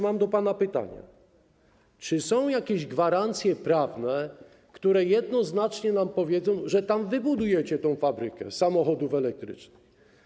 Mam do pana pytanie, czy są jakieś gwarancje prawne, które jednoznacznie nam powiedzą, że wybudujecie tę fabrykę samochodów elektrycznych.